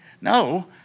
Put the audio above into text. no